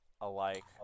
alike